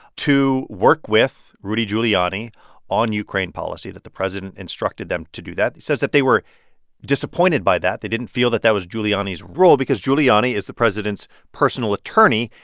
to work with rudy giuliani on ukraine policy, that the president instructed them to do that. he says that they were disappointed by that. they didn't feel that that was giuliani's role because giuliani is the president's personal attorney.